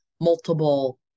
multiple